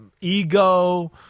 ego